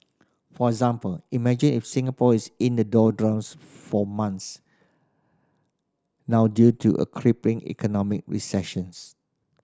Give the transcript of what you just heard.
for example imagine if Singapore is in the doldrums for months now due to a crippling economic recessions